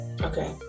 Okay